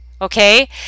Okay